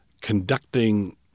conducting